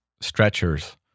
stretchers